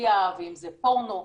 פדופיליה ואם זה פורנו,